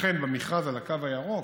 לכן, במכרז על הקו הירוק,